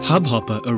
Hubhopper